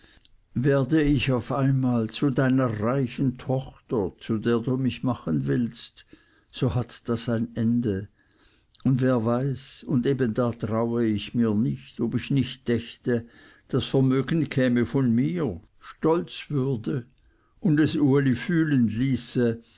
werde ich auf einmal zu deiner reichen tochter zu der du mich machen willst so hat das ein ende und wer weiß und eben da traue ich mir nicht ob ich nicht dächte das vermögen käme von mir stolz würde und uli es fühlen ließe